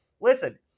Listen